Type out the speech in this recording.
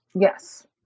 Yes